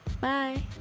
Bye